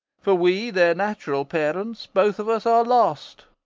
for we their natural parents, both of us, are lost.